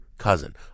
cousin